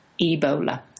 Ebola